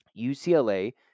UCLA